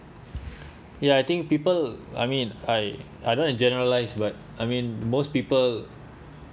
ya I think people I mean I I don't generalise but I mean most people